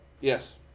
Yes